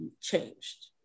changed